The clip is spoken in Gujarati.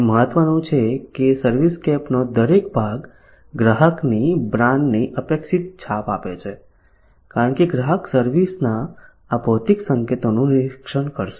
તે મહત્વનું છે કે સર્વિસસ્કેપનો દરેક ભાગ ગ્રાહકની બ્રાન્ડની અપેક્ષિત છાપ આપે છે કારણ કે ગ્રાહક સર્વિસ ના આ ભૌતિક સંકેતોનું નિરીક્ષણ કરશે